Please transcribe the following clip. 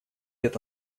это